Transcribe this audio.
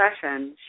session